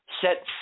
set